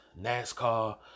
NASCAR